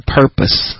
purpose